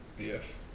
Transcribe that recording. Yes